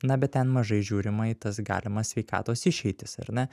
na bet ten mažai žiūrima į tas galimas sveikatos išeitis ar ne